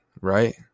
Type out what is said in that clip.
right